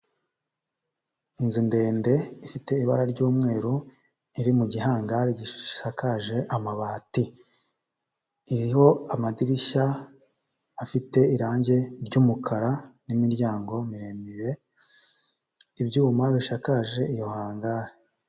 Inzu ndende ifite ibara ry'umweru, iri mu gihangari gishakaje amabati, iriho amadirishya afite irangi ry'umukara n'imiryango miremire, ibyuma bishakaje iyo hangari.